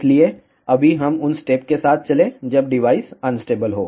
इसलिए अभी हम उन स्टेप्स के साथ चलें जब डिवाइस अनस्टेबल हो